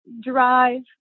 drive